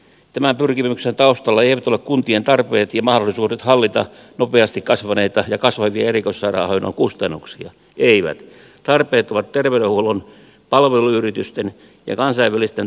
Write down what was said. tämän pyrkimyksen taustalla eivät ole kuntien tarpeet ja mahdollisuudet hallita nopeasti kasvaneita ja kasvavia erikoissairaanhoidon kustannuksia tarpeet ovat terveydenhuollon palveluyritysten ja kansainvälisten toimijoiden tarpeet